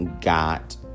got